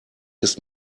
ist